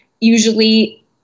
usually